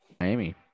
Miami